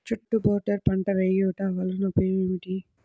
చుట్టూ బోర్డర్ పంట వేయుట వలన ఉపయోగం ఏమిటి?